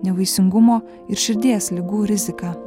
nevaisingumo ir širdies ligų rizika